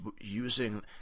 using